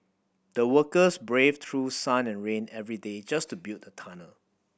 the workers braved through sun and rain every day just to build the tunnel